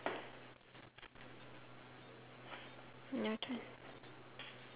your turn